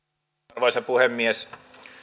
arvoisa puhemies